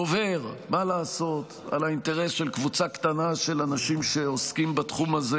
גוברים על האינטרס של קבוצה קטנה של אנשים שעוסקים בתחום הזה,